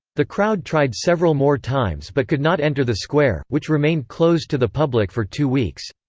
the crowd tried several more times but could not enter the square, which remained closed to the public for two weeks.